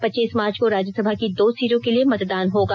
पच्चीस मार्च को राज्यसभा की दो सीटों के लिए मतदान होगा